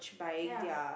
ya